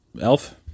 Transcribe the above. Elf